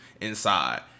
inside